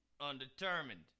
undetermined